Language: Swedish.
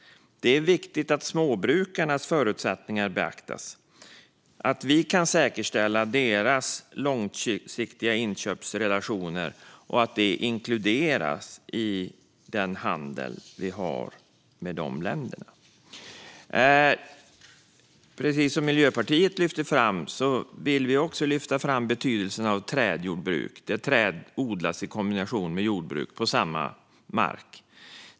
Det är viktigt att småbrukarnas förutsättningar beaktas, att vi kan säkerställa deras långsiktiga inköpsrelationer och att detta inkluderas i den handel vi har med dessa länder. Precis som Miljöpartiet lyfte fram vill vi också ta upp betydelsen av trädjordbruk, där träd alltså odlas i kombination med jordbruk och på samma mark.